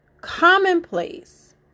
commonplace